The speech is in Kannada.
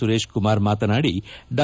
ಸುರೇಶಕುಮಾರ್ ಮಾತನಾಡಿ ಡಾ